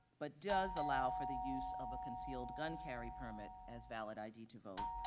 but does allow for the use of a concealed gun carry permit as valid id to vote,